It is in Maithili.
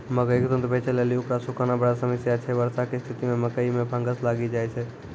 मकई के तुरन्त बेचे लेली उकरा सुखाना बड़ा समस्या छैय वर्षा के स्तिथि मे मकई मे फंगस लागि जाय छैय?